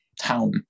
town